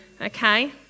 Okay